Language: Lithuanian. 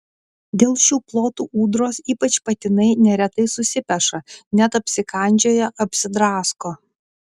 dėl šių plotų ūdros ypač patinai neretai susipeša net apsikandžioja apsidrasko